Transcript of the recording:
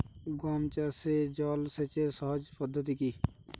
গম চাষে জল সেচের সহজ পদ্ধতি কি?